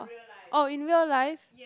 oh in real life